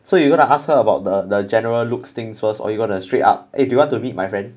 so you gonna ask her about the the general looks things first or you gonna straight up eh do you want to meet my friend